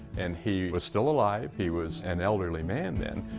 and he was still alive, he was an elderly man then,